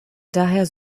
daher